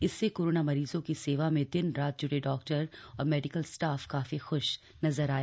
इससे कोरोना मरीजों की सेवा में दिन रात ज्टे डॉक्टर और मेडिकल स्टाफ काफी ख्श नजर आया